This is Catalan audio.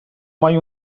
mai